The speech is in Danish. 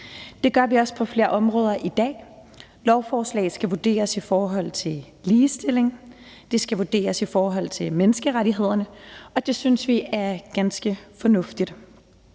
Det gør vi også på flere områder i dag. Lovforslaget skal vurderes i forhold til ligestilling, det skal vurderes i forhold til menneskerettigheder, og det synes vi er ganske fornuftigt.